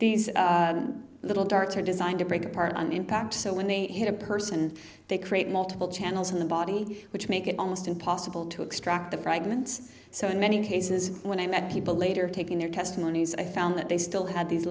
these little darts are designed to break apart on impact so when they hit a person they create multiple channels in the body which make it almost impossible to extract the fragments so in many cases when i met people later taking their testimonies i found that they still had these